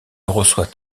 reçoit